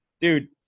dude